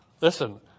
Listen